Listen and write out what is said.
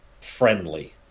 friendly